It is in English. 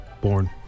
born